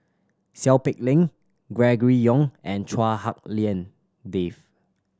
Seow Peck Leng Gregory Yong and Chua Hak Lien Dave